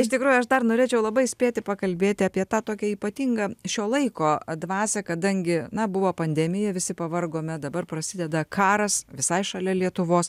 iš tikrųjų aš dar norėčiau labai spėti pakalbėti apie tą tokią ypatingą šio laiko dvasią kadangi na buvo pandemija visi pavargome dabar prasideda karas visai šalia lietuvos